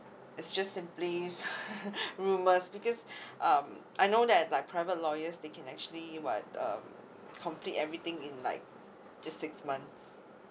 it's just simply rumours because um I know that like private lawyers they can actually what um complete everything in like just six month